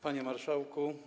Panie Marszałku!